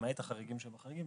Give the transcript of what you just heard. למעט החריגים שבחריגים,